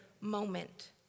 moment